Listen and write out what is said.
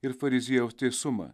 ir fariziejaus teisumą